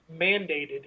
mandated